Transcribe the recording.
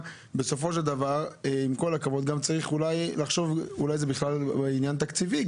אולי צריך לחשוב שזה עניין תקציבי בכלל,